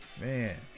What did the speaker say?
man